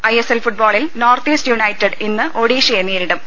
ISL ഫുട്ബോളിൽ north east united ഇന്ന് ഒഡീഷയെ നേരിടും